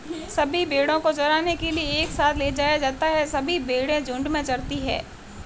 सभी भेड़ों को चराने के लिए एक साथ ले जाया जाता है सभी भेड़ें झुंड में चरती है